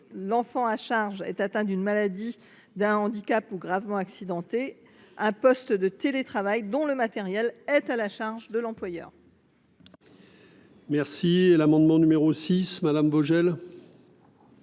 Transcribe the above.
l’enfant à charge est atteint d’une maladie ou d’un handicap ou gravement accidenté un poste de télétravail dont le matériel est à la charge de l’employeur. L’amendement n° 6, présenté